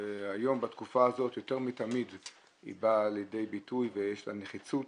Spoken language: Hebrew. היום בתקופה הזאת יותר מתמיד היא באה לידי ביטוי ויש לה נחיצות.